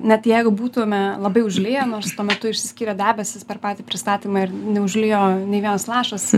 net jeigu būtume labai užliję nors tuo metu išsiskyrė debesys per patį pristatymą ir neužlijo nei vienas lašas